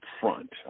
front